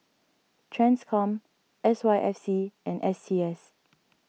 Transcom S Y F C and S T S